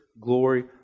glory